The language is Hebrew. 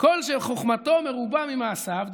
כל שחוכמתו מרובה ממעשיו,